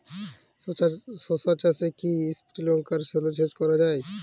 শশা চাষে কি স্প্রিঙ্কলার জলসেচ করা যায়?